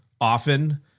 often